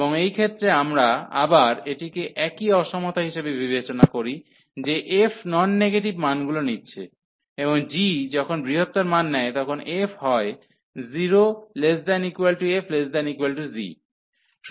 এবং এই ক্ষেত্রে আবার আমরা এটিকে একই অসমতা হিসাবে বিবেচনা করি যে f নন নেগেটিভ মানগুলি নিচ্ছে এবং g যখন বৃহত্তর মান নেয় তখন f হয় 0≤f≤g